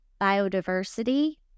biodiversity